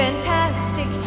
Fantastic